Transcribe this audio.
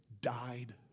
died